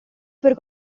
per